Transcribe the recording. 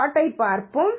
பிளாட்ப் பார்ப்போம்